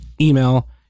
Email